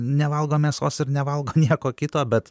nevalgo mėsos ir nevalgo nieko kito bet